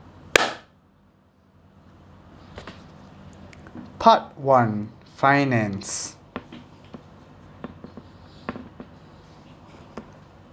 part one finance